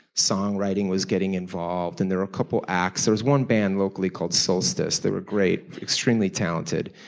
songwriting was getting involved and there are couple acts. there was one band locally called solstice. they were great. extremely talented.